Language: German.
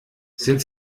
sind